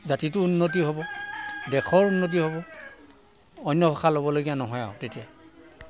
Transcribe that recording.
জাতিটোৰ উন্নতি হ'ব দেশৰ উন্নতি হ'ব অন্য ভাষা ল'বলগীয়া নহয় আৰু তেতিয়া